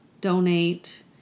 donate